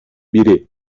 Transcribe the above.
biri